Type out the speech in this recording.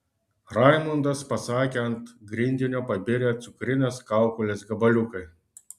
raimundas pasakė ant grindinio pabirę cukrines kaukolės gabaliukai